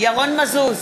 ירון מזוז,